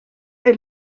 est